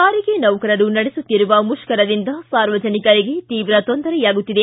ಸಾರಿಗೆ ನೌಕರರು ನಡೆಸುತ್ತಿರುವ ಮುಷ್ಕರದಿಂದ ಸಾರ್ವಜನಿಕರಿಗೆ ತೀವ್ರ ತೊಂದರೆಯಾಗುತ್ತಿದೆ